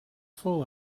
full